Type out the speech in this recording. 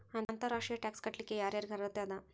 ಅಂತರ್ ರಾಷ್ಟ್ರೇಯ ಟ್ಯಾಕ್ಸ್ ಕಟ್ಲಿಕ್ಕೆ ಯರ್ ಯಾರಿಗ್ ಅರ್ಹತೆ ಅದ?